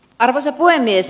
arvoisa puhemies